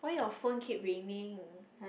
why your phone keep ringing